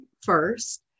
first